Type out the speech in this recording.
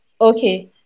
okay